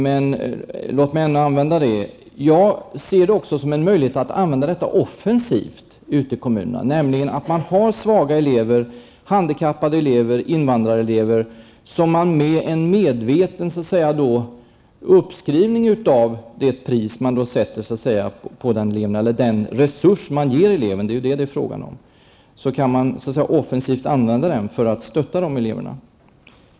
Men låt mig ändå använda det. Jag anser att prismärkningen kan användas offensivt i kommunerna. Svaga elever, handikappade elever och invandrarelever kan stöttas mer offensivt med en medveten uppskrivning av de resurser som ges till eleven.